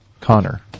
Connor